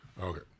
Okay